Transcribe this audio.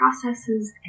processes